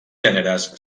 gèneres